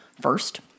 first